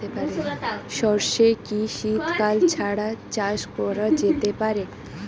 সর্ষে কি শীত কাল ছাড়া চাষ করা যেতে পারে?